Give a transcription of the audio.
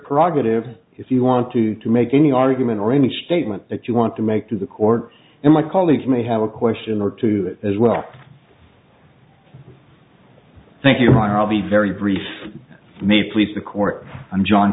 prerogative if you want to to make any argument or any statement that you want to make to the court and my colleagues may have a question or two as well thank you robbie very brief me please the court i'm john